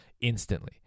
instantly